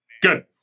Good